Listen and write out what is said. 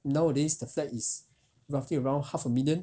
nowadays the flat is roughly around half a million